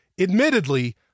admittedly